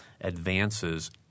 advances